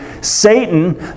Satan